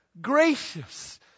Gracious